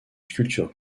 sculpture